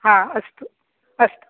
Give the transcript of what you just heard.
हा अस्तु अस्तु